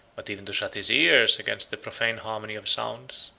but even to shut his ears against the profane harmony of sounds,